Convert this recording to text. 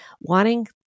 wanting